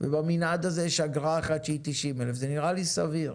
ובמנעד הזה יש אגרה אחת שהיא 90,000 זה נראה לי סביר.